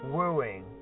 wooing